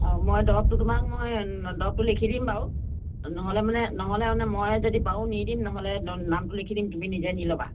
অঁ মই দৰৱটো তোমাক মই দৰৱটো লিখি দিম বাৰু নহ'লে মানে নহ'লে মানে মই যদি পাৰো নি দিম নহ'লে নামটো লিখি দিম তুমি নিজে নি ল'বা